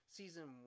season